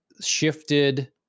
shifted